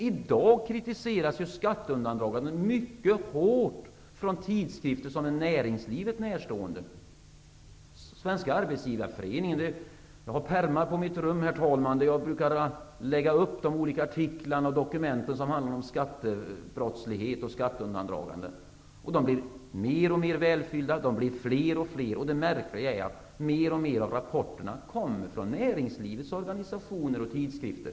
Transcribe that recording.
I dag kritiseras skatteundandragandet mycket hårt i tidskrifter som är näringslivet närstående. Jag har pärmar på mitt rum, herr talman, där jag brukar lägga upp olika artiklar och dokument som handlar om skattebrottslighet och skatteundandragande. De blir mer och mer välfyllda, fler och fler. Det märkliga är att mer och mer av rapporterna kommer från näringslivets organisationer och tidskrifter.